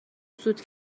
سود